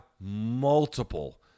multiple